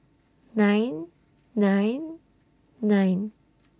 nine nine nine